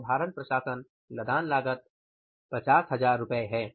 नौभारण प्रशासन लदान लागत 50000 रु है